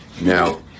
Now